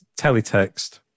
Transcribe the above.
teletext